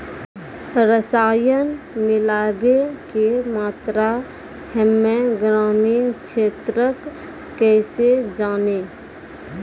रसायन मिलाबै के मात्रा हम्मे ग्रामीण क्षेत्रक कैसे जानै?